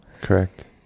Correct